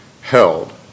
held